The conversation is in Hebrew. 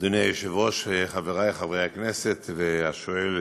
אדוני היושב-ראש, חברי חברי הכנסת, והשואל,